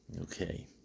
Okay